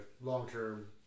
long-term